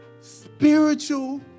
spiritual